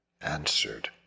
answered